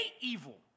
evil